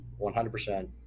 100%